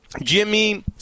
Jimmy